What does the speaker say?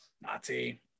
Nazi